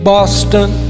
Boston